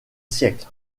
siècle